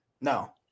No